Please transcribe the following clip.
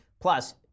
Plus